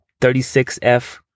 36f